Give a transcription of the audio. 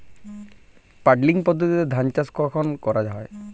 Puddling পদ্ধতিতে ধান চাষ কখন করা হয়?